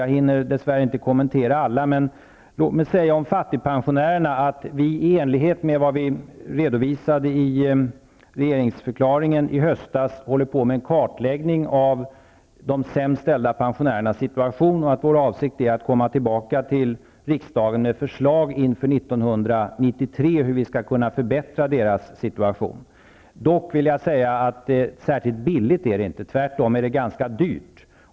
Jag hinner tyvärr inte kommentera alla, men låt mig säga om fattigpensionärerna att vi i enlighet med vad vi redovisade i regeringsförklaringen i höstas håller på med en kartläggning av de sämst ställda pensionärernas situation och att vår avsikt är att komma tillbaka till riksdagen med förslag inför 1993 om hur vi skall förbättra deras läge. Jag vill också säga att det inte är särskilt billigt. Tvärtom är det ganska dyrt.